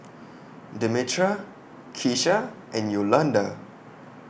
Demetra Kesha and Yolanda